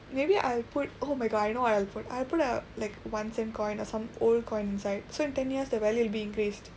maybe I'll put oh my god I know what I'll put I put a like one cent coin or some old coin inside so in ten years the value will be increased